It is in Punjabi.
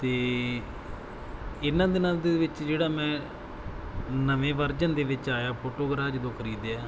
ਅਤੇ ਇਹਨਾਂ ਦਿਨਾਂ ਦੇ ਵਿੱਚ ਜਿਹੜਾ ਮੈਂ ਨਵੇਂ ਵਰਜਨ ਦੇ ਵਿੱਚ ਆਇਆ ਫੋਟੋਗਰਾ ਜਦੋਂ ਖਰੀਦਿਆ